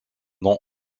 nom